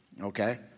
okay